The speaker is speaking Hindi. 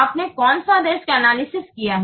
आपने कौन सा रिस्क एनालिसिस किया है